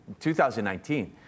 2019